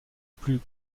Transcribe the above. plus